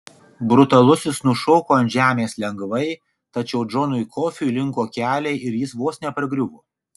brutalusis nušoko ant žemės lengvai tačiau džonui kofiui linko keliai ir jis vos nepargriuvo